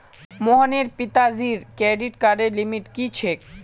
मोहनेर पिताजीर क्रेडिट कार्डर लिमिट की छेक